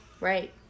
right